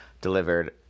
delivered